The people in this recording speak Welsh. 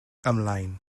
ymlaen